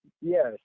yes